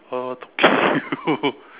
what what talking you